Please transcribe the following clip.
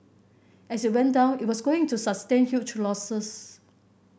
as it went down it was going to sustain huge losses